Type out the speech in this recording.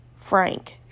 Frank